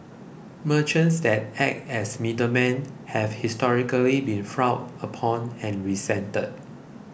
merchants that act as middlemen have historically been frowned upon and resented